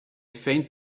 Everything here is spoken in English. faint